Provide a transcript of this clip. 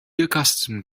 accustomed